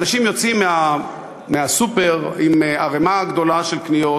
אנשים יוצאים מהסופר עם ערמה גדולה של קניות,